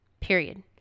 period